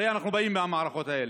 הרי אנחנו באים מהמערכות האלה.